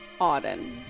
Auden